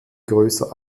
größer